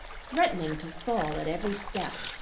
threatening to fall at every step.